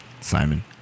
Simon